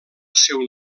seu